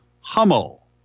Hummel